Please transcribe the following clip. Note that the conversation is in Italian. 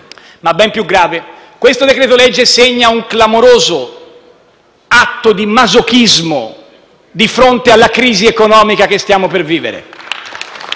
Ma, ben più grave, questo decreto-legge segna un clamoroso atto di masochismo di fronte alla crisi economica che stiamo per vivere.